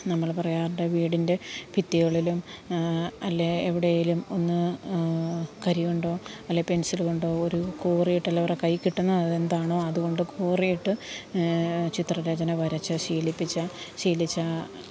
നമ്മള് പറയാറുണ്ട് വീടിന്റെ ഭിത്തികളിലും അല്ലേൽ എവിടെയേലും ഒന്ന് കരി കൊണ്ടോ അല്ലേൽ പെന്സില് കൊണ്ടോ ഒരു കോറിയിട്ടല് അവര് കൈയിൽ കിട്ടുന്ന അതെന്താണോ അതുകൊണ്ട് കോറിയിട്ട് ചിത്രരചന വരച്ച് ശീലിപ്പിച്ച ശീലിച്ച